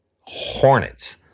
hornets